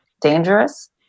dangerous